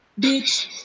bitch